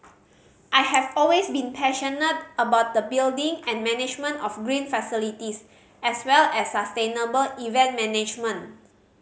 I have always been passionate about the building and management of green facilities as well as sustainable event management